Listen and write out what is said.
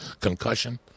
Concussion